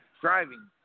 Driving